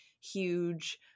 huge